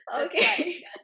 Okay